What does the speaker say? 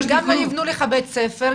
גם לא יבנו לך בית ספר,